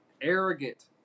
Arrogant